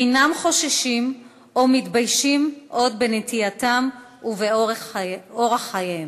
ואינם חוששים או מתביישים עוד בנטייתם ובאורח חייהם.